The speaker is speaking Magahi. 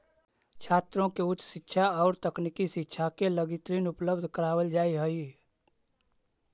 छात्रों के उच्च शिक्षा औउर तकनीकी शिक्षा के लगी ऋण उपलब्ध करावल जाऽ हई